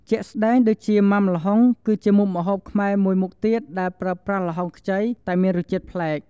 ជាក់ស្ដែងដូចជា ម៉ាំល្ហុងគឺជាមុខម្ហូបខ្មែរមួយមុខទៀតដែលប្រើប្រាស់ល្ហុងខ្ចី តែមានរសជាតិប្លែក។